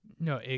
no